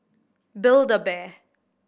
Build A Bear